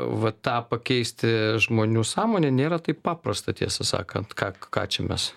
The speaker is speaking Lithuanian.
va tą pakeisti žmonių sąmonę nėra taip paprasta tiesą sakant ką ką čia mes